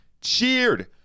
Cheered